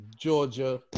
Georgia